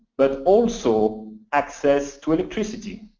but also access to electricity.